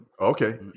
Okay